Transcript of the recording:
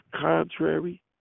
contrary